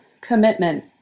commitment